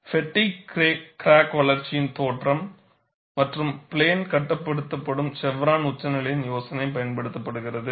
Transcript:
ஃப்பெட்டிக் crack வளர்ச்சியின் தோற்றம் மற்றும் பிளேன் கட்டுப்படுத்த செவ்ரான் உச்சநிலையின் யோசனை பயன்படுத்தப்படுகிறது